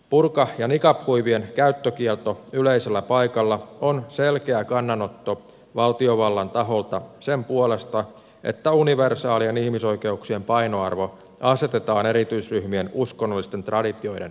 burka ja niqab huivien käyttökielto yleisellä paikalla on selkeä kannanotto valtiovallan taholta sen puolesta että universaalien ihmisoikeuksien painoarvo asetetaan erityisryhmien uskonnollisten traditioiden edelle